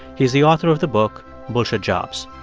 he's the author of the book bullshit jobs.